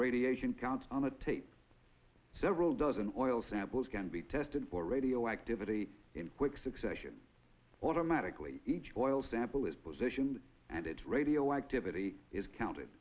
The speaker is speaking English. radiation counts on a tape several dozen oil samples can be tested for radioactivity in quick succession automatically each oil sample is positioned and its radioactivity is counted